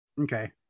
Okay